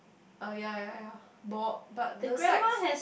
uh ya ya ya bald but the sides